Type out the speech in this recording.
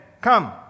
come